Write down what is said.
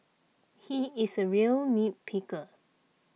he is a real nit picker